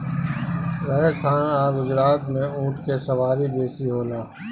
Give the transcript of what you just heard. राजस्थान आ गुजरात में ऊँट के सवारी बेसी होला